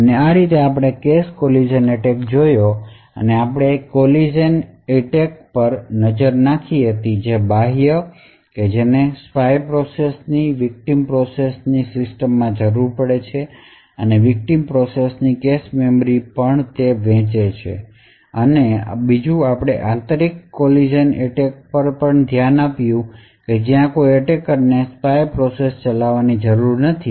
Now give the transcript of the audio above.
તેથી આ રીતે આપણે કેશ કોલીજન એટેક જોયો આપણે કોલીજન એટેક પર નજર નાખી હતી જે બાહ્ય છે જેને સ્પાય પ્રોસેસ ની વિકટીમ પ્રોસેસ ની જ સિસ્ટમમાં જરૂર પડે છે અને તે વિકટીમ ની કેશ મેમરી પણ વહેંચે છે આપણે આંતરિક કોલીજન એટેક પર પણ ધ્યાન આપ્યું હતું જ્યાં કોઈ એટેકર ને સ્પાય પ્રોસેસ ચલાવવાની જરૂર નથી